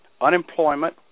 Unemployment